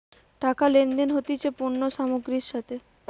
টাকা লেনদেন হতিছে পণ্য সামগ্রীর সাথে